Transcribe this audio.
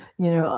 you know,